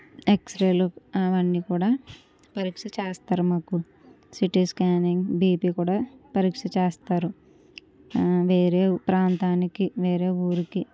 ఎక్స్రేలు అవన్నీ కూడా పరీక్ష చేస్తారు మాకు సీటీ స్కానింగ్ భీపీ కూడా పరీక్ష చేస్తారు వేరే ప్రాంతానికి వేరే ఊరికి